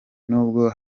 n’ubwo